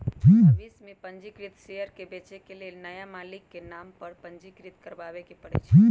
भविष में पंजीकृत शेयर के बेचे के लेल नया मालिक के नाम पर पंजीकृत करबाबेके परै छै